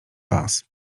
was